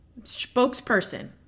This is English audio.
spokesperson